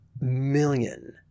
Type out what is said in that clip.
million